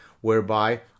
whereby